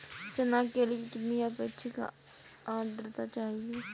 चना के लिए कितनी आपेक्षिक आद्रता चाहिए?